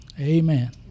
Amen